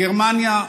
גרמניה,